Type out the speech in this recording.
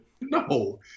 No